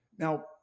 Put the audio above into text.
Now